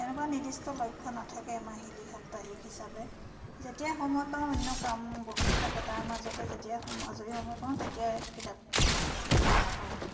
এনেকুৱা নিৰ্দিষ্ট লক্ষ্য নাথাকে মাহিলী সাপ্তাহিক হিচাপে যেতিয়া সময় পাওঁ অন্য কাম বহুতো থাকে তাৰ মাজতে যেতিয়া সম আজৰি সময় পাওঁ তেতিয়া কিতাপ পঢ়া হয়